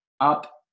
up